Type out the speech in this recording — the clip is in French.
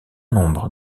nombre